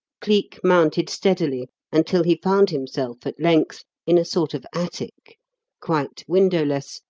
cleek mounted steadily until he found himself at length in a sort of attic quite windowless,